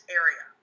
area